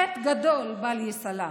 חטא גדול, בל ייסלח.